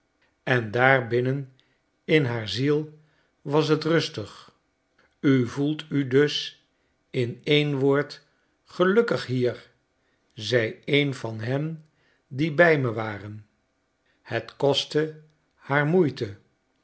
en daar binnen in haar ziel was t rustig u voelt u dus in een woord gelukkig hier zei een van hen die bij me waren het kostte haar moeite